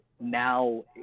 now